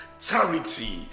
charity